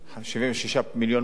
76 מיליון פה,